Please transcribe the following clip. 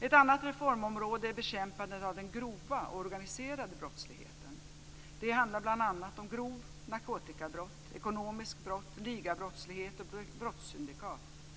Ett annat reformområde är bekämpandet av den grova och organiserade brottsligheten. Det handlar bl.a. om grova narkotikabrott, ekonomiska brott, ligabrottslighet och brottssyndikat.